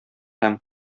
һәм